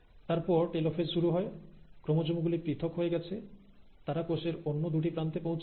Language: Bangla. তারপর টেলোফেজ শুরু হয় ক্রোমোজোম গুলি পৃথক হয়ে গেছে তারা কোষের অন্য দুটি প্রান্তে পৌঁছেছে